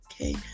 Okay